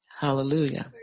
Hallelujah